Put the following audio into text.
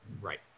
Right